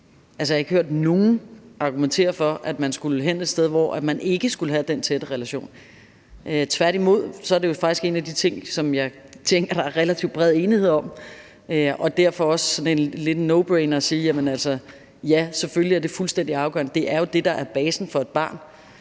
jeg har ikke hørt nogen argumentere for, at man skulle hen et sted, hvor man ikke skulle have den tætte relation. Tværtimod, er det faktisk en af de ting, som jeg tænker der er relativt bred enighed om, og derfor er det også sådan en lidt no-brainer at sige, at det selvfølgelig er fuldstændig afgørende. Det er jo det, der er basen for et barn.